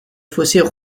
fossés